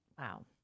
Wow